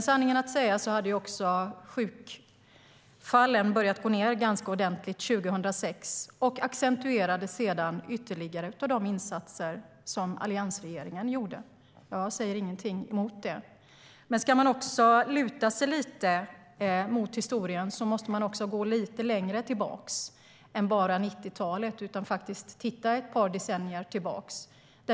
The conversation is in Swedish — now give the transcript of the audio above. Sanningen att säga hade sjuktalen börjat gå ned ganska ordentligt 2006, och det accentuerades ytterligare av de insatser som alliansregeringen gjorde. Jag säger inget emot det. Ska vi luta oss mot historien måste vi gå lite längre tillbaka än till 90-talet och titta ännu ett par decennier tillbaka.